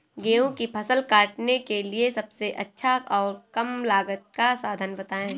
गेहूँ की फसल काटने के लिए सबसे अच्छा और कम लागत का साधन बताएं?